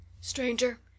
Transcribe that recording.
Stranger